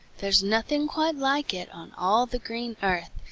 there's nothing quite like it on all the green earth.